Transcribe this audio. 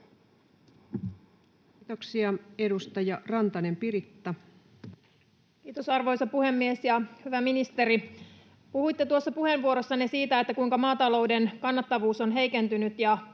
Kiitoksia. — Edustaja Rantanen, Piritta. Kiitos, arvoisa puhemies! Hyvä ministeri! Puhuitte tuossa puheenvuorossanne siitä, kuinka maatalouden kannattavuus on heikentynyt, ja